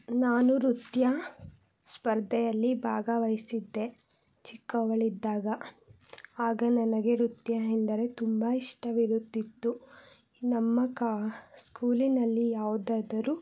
ನಾನು ನೃತ್ಯ ಸ್ಪರ್ಧೆಯಲ್ಲಿ ಭಾಗವಹಿಸಿದ್ದೆ ಚಿಕ್ಕವಳಿದ್ದಾಗ ಆಗ ನನಗೆ ನೃತ್ಯ ಎಂದರೆ ತುಂಬ ಇಷ್ಟವಿರುತಿತ್ತು ನಮ್ಮ ಕಾ ಸ್ಕೂಲಿನಲ್ಲಿ ಯಾವುದಾದರು